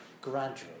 gradually